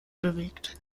bewegt